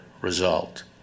result